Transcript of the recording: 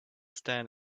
stand